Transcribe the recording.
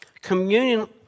Communion